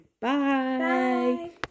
Bye